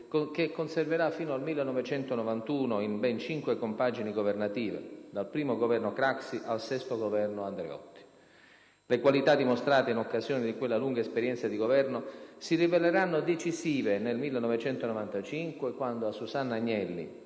che conserverà fino al 1991, in ben cinque compagini governative, dal I Governo Craxi al VI Governo Andreotti. Le qualità dimostrate in occasione di quella lunga esperienza di Governo si riveleranno decisive nel 1995 quando a Susanna Agnelli,